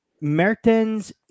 Mertens